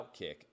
OutKick